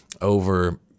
over